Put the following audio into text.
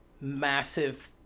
massive